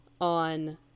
on